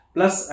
Plus